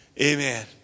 Amen